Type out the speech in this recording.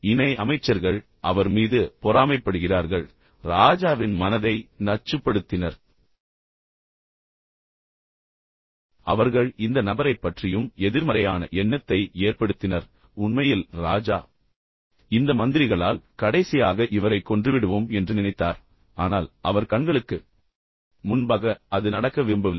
பின்னர் இணை அமைச்சர்கள் அவர் மீது பொறாமைப்படுகிறார்கள் பின்னர் ராஜாவின் மனதை நச்சுப்படுத்தினர் அவர்கள் இந்த நபரைப் பற்றியும் எதிர்மறையான எண்ணத்தை ஏற்படுத்தினர் உண்மையில் ராஜா ந்த மந்திரிகளால் கடைசியாக இவரைக் கொன்றுவிடுவோம் என்று நினைத்தார் ஆனால் அவர் கண்களுக்கு முன்பாக அது நடக்க விரும்பவில்லை